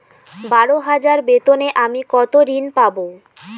বারো হাজার বেতনে আমি কত ঋন পাব?